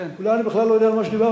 אולי אני בכלל לא יודע על מה שדיברתי.